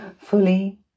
Fully